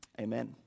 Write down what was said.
amen